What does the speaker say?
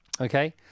Okay